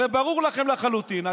הרי ברור לכם לחלוטין,